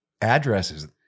addresses